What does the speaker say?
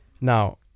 now